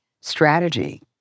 strategy